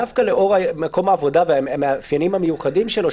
דווקא לאור מקום העבודה והמאפיינים המיוחדים שלו,